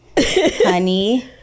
Honey